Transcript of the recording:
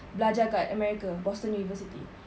belajar kat america boston university